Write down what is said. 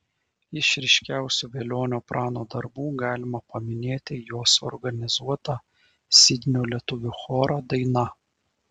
iš ryškiausių velionio prano darbų galima paminėti jo suorganizuotą sidnio lietuvių chorą daina